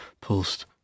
pulsed